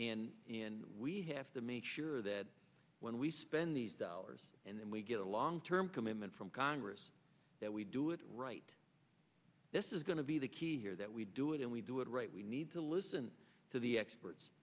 and and we have to make sure that when we spend these dollars and then we get a long term commitment from congress that we do it right this is going to be the key here that we do it and we do it right we need to listen to the experts